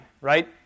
right